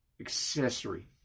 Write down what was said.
accessory